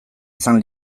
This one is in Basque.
izan